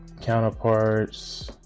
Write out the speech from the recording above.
counterparts